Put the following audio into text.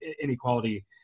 inequality